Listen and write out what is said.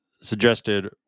suggested